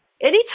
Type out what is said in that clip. anytime